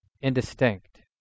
indistinct